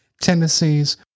tendencies